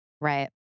Right